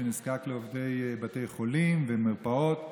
שנזקק לעובדי בתי חולים ומרפאות,